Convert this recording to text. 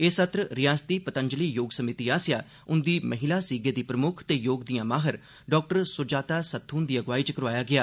एह् सत्र रिआसती पतंजलि योग समिति आसेआ उंदी महिला सीगे दी प्रमुक्ख ते योग दिआं माहिर डाक्टर सुजाता सत्थु हुंदी अगुवाई च करोआया गेआ